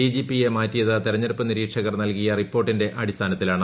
ഡിജിപിയെ മാറ്റിയത് തെരഞ്ഞെടുപ്പ് നിരീക്ഷകർ നൽകിയ റിപ്പോർട്ടിന്റെ അടിസ്ഥാനത്തിലാണ്